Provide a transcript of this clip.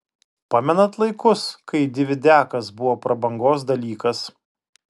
pamenat laikus kai dividiakas buvo prabangos dalykas